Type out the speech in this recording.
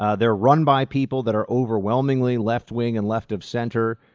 ah they're run by people that are overwhelmingly left-wing and left of center,